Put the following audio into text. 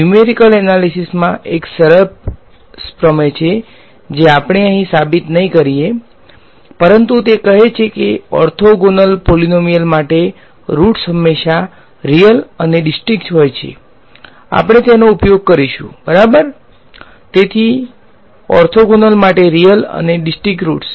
numerical analysis મા એક સરસ પ્રમેય છે જે આપણે અહીં સાબિત નહીં કરીએ પરંતુ તે કહે છે કે ઓર્થોગોનલ પોલીનોમીયલ માટે રુટ્સ હંમેશા રીયલ અને ડીસ્ટીંક હોય છે આપણે તેનો ઉપયોગ કરીશું બરાબર તેથી ઓર્થોગોનલ માટે રીયલ અને ડીસ્ટીંક રુટ્સ